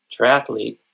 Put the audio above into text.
triathlete